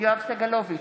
יואב סגלוביץ'